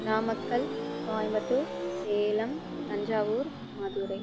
Namakkal Coimbatore Salem Thanjavur Madurai